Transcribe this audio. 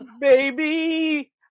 Baby